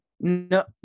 No